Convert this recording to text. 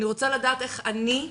אני רוצה לדעת איך אני,